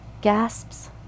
gasps